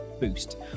boost